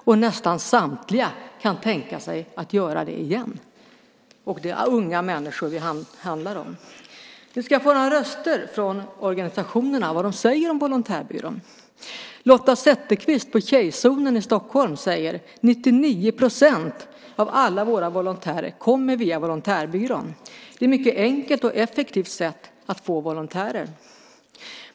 Och nästan samtliga kan tänka sig att göra det igen. Det handlar om unga människor. Ni ska få höra röster från organisationerna, vad de säger om Volontärbyrån. Lotta Zetterqvist på Tjejzonen i Stockholm säger: 99 % av alla våra volontärer kommer via Volontärbyrån. Det är ett mycket enkelt och effektivt sätt att få volontärer.